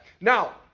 now